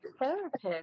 therapist